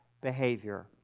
behavior